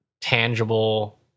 tangible